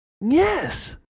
Yes